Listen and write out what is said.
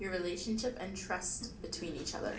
your relationship and trust between each other